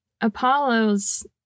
Apollo's